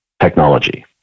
technology